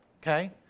okay